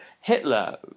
Hitler